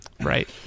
Right